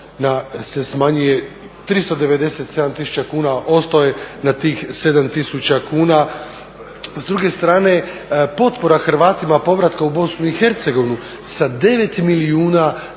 na 397 tisuća kuna ostao je na tih 7 tisuća kuna. S druge strane potpora Hrvatima povratka u BiH sa 9 milijuna